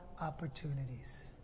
opportunities